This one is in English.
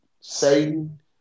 Satan